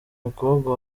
mukobwa